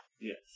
Yes